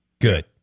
Good